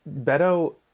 Beto